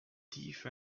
thief